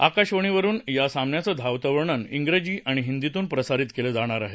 आकाशवाणीवरून या सामन्याचं धावत वर्णन उजी आणि हिंदीतून प्रसारित केलं जाणार आहे